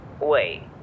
Wait